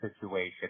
situation